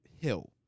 hill